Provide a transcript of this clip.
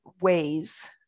ways